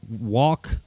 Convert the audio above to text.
walk